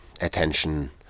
attention